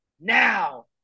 now